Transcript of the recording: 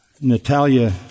Natalia